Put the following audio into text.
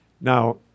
Now